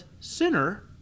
sinner